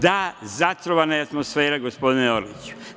Da, zatrovana je atmosfera gospodine Orliću.